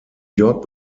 york